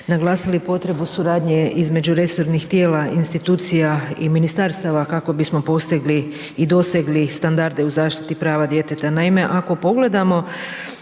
naglasili potrebu suradnje između resornih tijela i institucija i ministarstava, kako bismo postigli i dosegli standarde u zaštiti prava djeteta. Naime, ako pogledamo